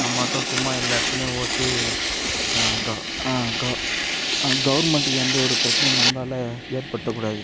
நம்மாட்டம் சும்மா எல்லா இடத்துலையும் ஓட்டி க க கவர்மெண்ட்க்கு எந்த ஒரு பிரச்சினையும் நம்பளால் ஏற்படுத்த கூடாது